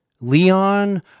Leon